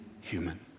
human